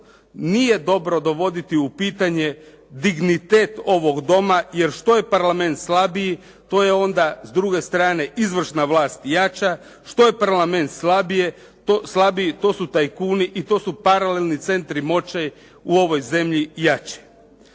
nije dobro dovoditi u pitanje dignitet ovog doma, jer što je Parlament slabiji to je onda s druge strane izvršna vlast jača, što je Parlament slabiji to su tajkuni i to su paralelni centri moći u ovoj zemlji jači.